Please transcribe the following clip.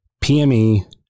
PME